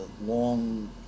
long